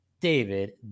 david